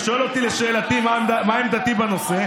אתה שואל אותי מה עמדתי בנושא,